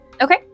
Okay